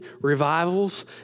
revivals